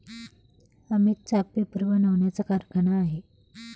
अमितचा पेपर बनवण्याचा कारखाना आहे